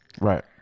right